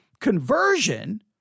conversion